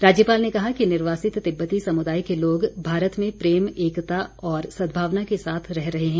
राज्यपाल ने कहा कि निर्वासित तिब्बती समुदाय के लोग भारत में प्रेम एकता व सदभावना के साथ रह रहे हैं